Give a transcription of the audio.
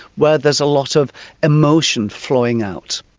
where there's a lot of emotion flowing out.